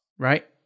Right